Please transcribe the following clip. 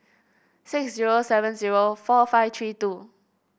six zero seven zero four five three two